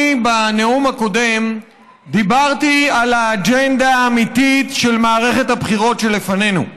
בנאום הקודם דיברתי על האג'נדה האמיתית של מערכת הבחירות שלפנינו.